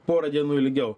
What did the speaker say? porą dienų ilgiau